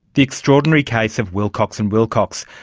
the extraordinary case of wilcox and wilcox,